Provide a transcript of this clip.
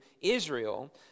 Israel